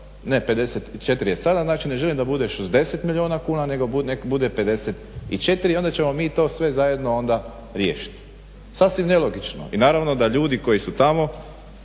ne 54 je sada, znači ne želim da bude 60 milijuna kuna nego neka bude 54 i onda ćemo mi to sve zajedno onda riješiti. Sasvim nelogično, i naravno da ljudi koji su tamo